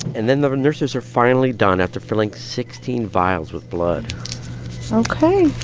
and then the nurses are finally done after filling sixteen vials with blood ok.